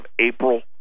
April